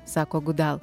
sako gudal